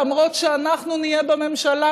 למרות שאנחנו נהיה בממשלה,